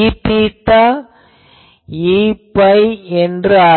Eθ Eϕ என்றாகிறது